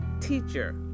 teacher